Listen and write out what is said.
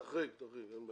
תחריג, אין בעיה.